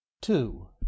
two